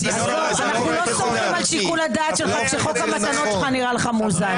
אנחנו לא סומכים על שיקול הדעת שלך כשחוק המתנות שלך נראה לך מאוזן.